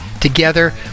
together